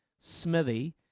Smithy